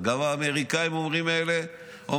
גם האמריקאים אומרים את זה,